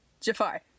jafar